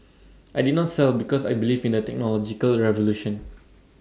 I did not sell because I believe in the technological revolution